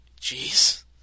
jeez